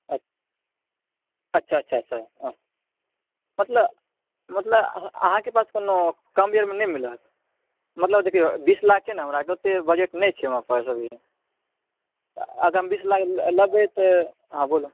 अच्छा अच्छा अच्छा मतलब अहाँके पास कोनो कम दर मे नहि मिलत मतलब देखियौ बीस लाख के हमरा ओते बजट नहि छै हमरा पास अभी अहाँ बीस लाख लेबै तऽ हॅं बोलऽ